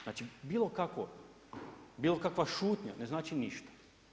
Znači bilo kakva šutnja ne znači ništa.